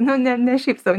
nu ne ne šiaip sau